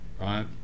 right